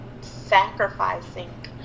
sacrificing